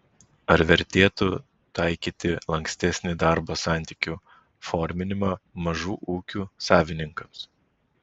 ar vertėtų taikyti lankstesnį darbo santykių forminimą mažų ūkių savininkams